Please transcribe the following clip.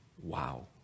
wow